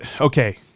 okay